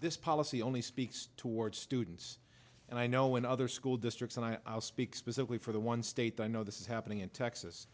this policy only speaks toward students and i know when other school districts and i'll speak specifically for the one state i know this is happening in texas